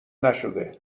نشده